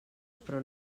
però